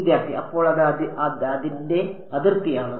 വിദ്യാർത്ഥി അപ്പോൾ അത് അതിന്റെ അതിർത്തിയാണ്